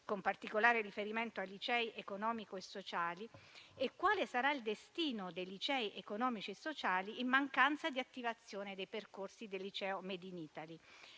con particolare riferimento ai licei economico-sociali e quale sarà il destino dei licei economico-sociali in mancanza di attivazione dei percorsi del liceo del *made in Italy*.